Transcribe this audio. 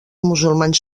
musulmans